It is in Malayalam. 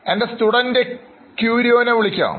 എൻറെ സ്റ്റുഡൻറ് Curio നെ വിളിക്കാം